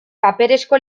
paperezko